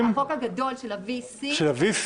החוק הגדול של ה-VC,